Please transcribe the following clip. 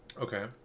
Okay